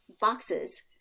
boxes